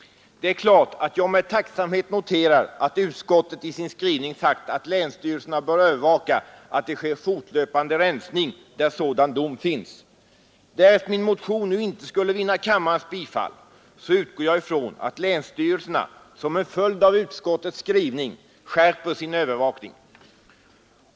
Det är klart att jag med tacksamhet noterar att utskottet i sin skrivning sagt att länsstyrelserna bör övervaka att det sker fortlöpande rensning där sådan dom finns. Därest min motion nu inte skulle vinna kammarens bifall, så utgår jag ifrån att länsstyrelserna som en följd av utskottets skrivning skärper sin övervakning.